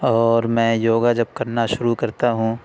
اور میں یوگا جب کرنا شروع کرتا ہوں